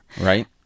right